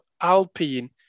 Alpine